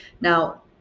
now